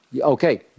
okay